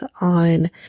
on